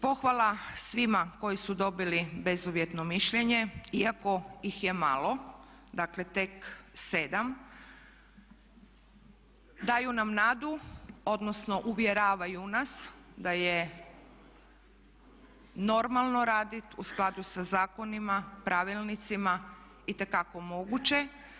Pohvala svima koji su dobili bezuvjetno mišljenje, iako ih je malo, dakle tek 7, daju nam nadu, odnosno uvjeravaju nas da je normalno radit u skladu sa zakonima, pravilnicima itekako moguće.